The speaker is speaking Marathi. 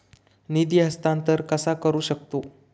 निधी हस्तांतर कसा करू शकतू?